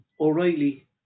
O'Reilly